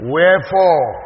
Wherefore